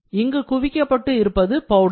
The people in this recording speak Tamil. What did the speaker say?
இங்கு குவிக்கப்பட்டு இருப்பது பவுடர்